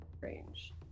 range